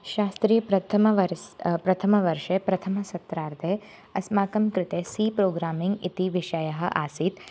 शास्त्री प्रथमवर्षः प्रथमवर्षे प्रथमसत्रार्धे अस्माकं कृते सि प्रोग्रामिङ्ग् इति विषयः आसीत्